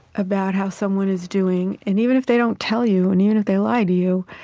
about how someone is doing and even if they don't tell you, and even if they lie to you,